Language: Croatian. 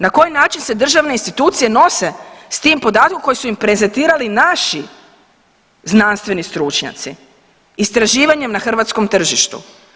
Na koji način se državne institucije nose s tim podatkom koji su im prezentirali naši znanstveni stručnjaci istraživanjem na hrvatskom tržištu?